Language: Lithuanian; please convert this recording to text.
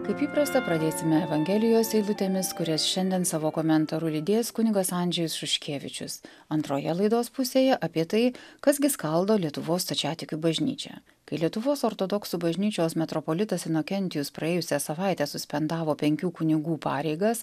kaip įprasta pradėsime evangelijos eilutėmis kurias šiandien savo komentaru lydės kunigas andžejus šuškevičius antroje laidos pusėje apie tai kas gi skaldo lietuvos stačiatikių bažnyčią kai lietuvos ortodoksų bažnyčios metropolitas enukentijus praėjusią savaitę suspendavo penkių kunigų pareigas